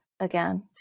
again